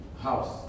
house